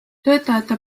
töötajate